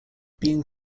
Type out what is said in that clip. being